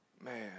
man